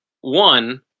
One